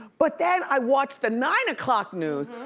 but then i watch the nine o'clock news,